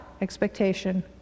expectation